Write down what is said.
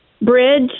Bridge